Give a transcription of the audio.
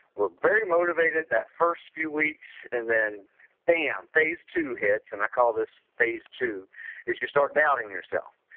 we're very motivated that first few weeks and then baam phase two hits and i call this phase two because you just start doubting yourself.